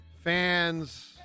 fans